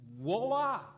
voila